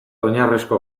oinarrizko